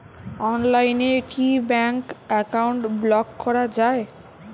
অনলাইনে কি bank account block করা য়ায়?